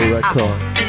Records